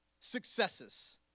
successes